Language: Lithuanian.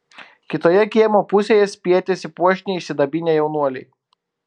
kitoje kiemo pusėje spietėsi puošniai išsidabinę jaunuoliai